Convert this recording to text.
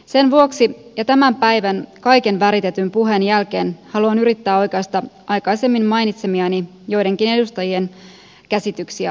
sen vuoksi ja tämän päivän kaiken väritetyn puheen jälkeen haluan yrittää oikaista aikaisemmin mainitsemiani joidenkin edustajien käsityksiä asiasta